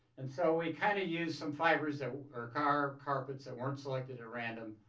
and so we kinda use some fibers that or car carpets that weren't selected at random.